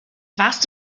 warst